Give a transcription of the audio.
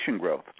growth